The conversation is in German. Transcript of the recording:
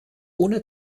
ohne